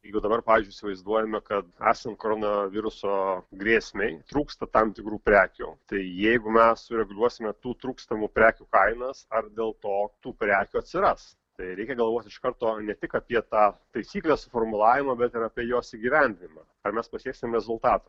jeigu dabar pavyzdžiui įsivaizduojame kad esant koronaviruso grėsmei trūksta tam tikrų prekių tai jeigu mes sureguliuosime tų trūkstamų prekių kainas ar dėl to tų prekių atsiras tai reikia galvot iš karto ne tik apie tą taisyklės formulavimą bet ir apie jos įgyvendinimą ar mes pasieksim rezultatų